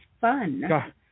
fun